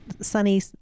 sunny